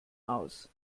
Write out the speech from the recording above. aus